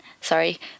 sorry